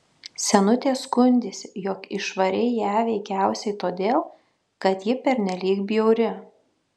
senutė skundėsi jog išvarei ją veikiausiai todėl kad ji pernelyg bjauri